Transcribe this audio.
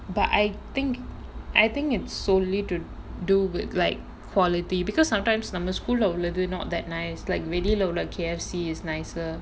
but I think I think it's solely to do with like quality because sometimes நம்ம:namma school leh உள்ளது:ullathu not that nice like வெளியில உள்ள:veliyila ulla K_F_C is nicer